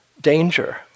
danger